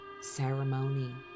Ceremony